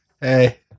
Hey